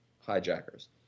hijackers